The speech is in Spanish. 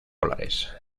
polares